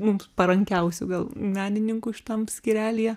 mums parankiausia gal menininkų šitam skyrelyje